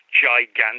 gigantic